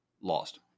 lost